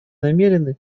намерены